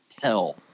tell